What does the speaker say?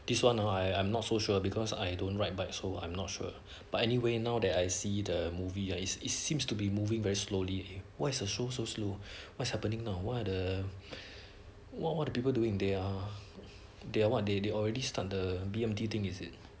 this one ah I I'm not so sure because I don't ride bike so I'm not sure but anyway now that I see the movie that it it seems to be moving very slowly what is a show so slow what's happening now why are the what what do people doing they are they are what they they already start the B_M_T thing is it